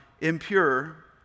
impure